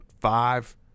five